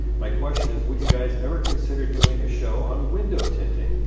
my question is would you guys ever consider doing a show on window tinting?